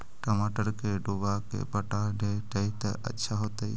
टमाटर के डुबा के पटा देबै त अच्छा होतई?